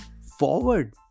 forward